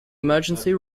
emergency